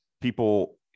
people